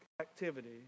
activity